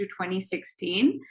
2016